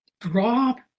drop